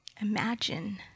Imagine